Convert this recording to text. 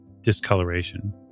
discoloration